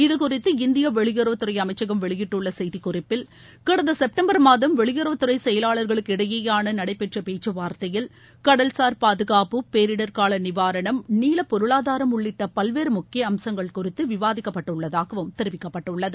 இது குறித்து இந்திய வெளியுறவுத்துறை அமைச்சகம் வெளியிட்டுள்ள செய்திக் குறிப்பில் கடந்த செப்டம்பர் மாதம் வெளியுறவுத்துறை செயலாளர்களுக்கு இடையேயாள நடைபெற்ற பேச்சுவார்த்தையில் கடல்சார் பாதுகாப்பு பேரிடர் கால நிவாரணம் நீள பொருளாதாரம் உள்ளிட்ட பல்வேறு முக்கிய அம்சங்கள் குறித்து விவாதிக்கப்பட்டுள்ளதாகவும் தெரிவிக்கப்பட்டுள்ளது